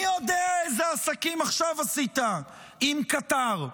מי יודע איזה עסקים עשית עכשיו עם קטר?